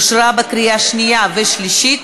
אושרה בקריאה השנייה והשלישית,